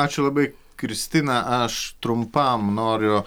ačiū labai kristina aš trumpam noriu